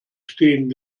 stehen